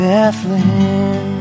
Bethlehem